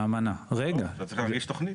לא, אתם צריכים להגיש תוכנית.